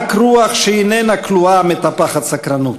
רק רוח שאיננה כלואה מטפחת סקרנות.